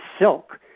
silk